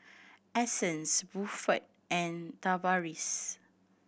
Essence Buford and Tavaris